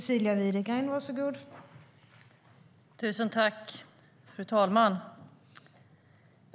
Fru talman!